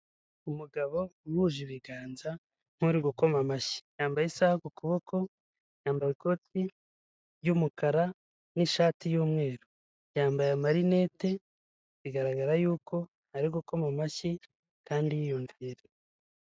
Umugabo uhuje ibiganza nk'uri gukoma amashyi, yambaye isaha ku kuboko, yambaye ikoti ry'umukara n'ishati y'umweru, yambaye amarinete, bigaragara yuko ari gukoma amashyi kandi yiyumvira.